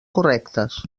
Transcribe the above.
correctes